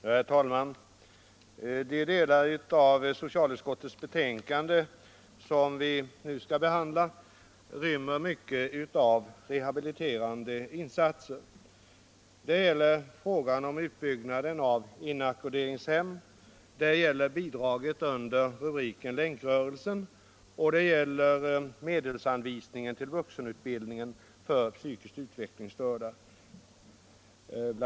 Herr talman! De delar av socialutskottets betänkande som vi nu skall behandla rymmer mycket av rehabiliterande insatser. Det är bl.a. fråga om utbyggnaden av inackorderingshem, det gäller bidraget under rubriken Bidrag till Länkrörelsen m.m. och det gäller medelsanvisningen till vuxenutbildningen för psykiskt utvecklingsstörda.